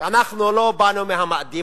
ואנחנו לא באנו מהמאדים,